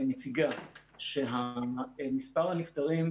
מציגה שמספר הנפטרים,